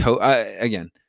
Again